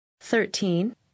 Thirteen